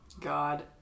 God